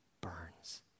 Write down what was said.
burns